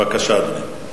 בבקשה, אדוני.